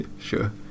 Sure